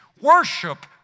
Worship